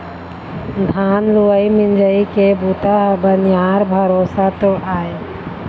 धान लुवई मिंजई के बूता ह बनिहार भरोसा तो आय